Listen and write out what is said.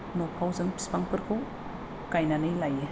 न'फ्राव जों बिफांफोरखौ गायनानै लायो